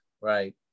right